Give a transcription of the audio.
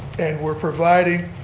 and we're providing